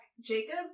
jacob